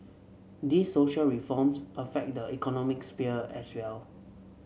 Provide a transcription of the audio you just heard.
these social reforms affect the economic sphere as well